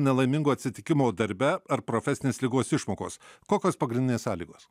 nelaimingo atsitikimo darbe ar profesinės ligos išmokos kokios pagrindinės sąlygos